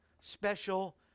special